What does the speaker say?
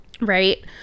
right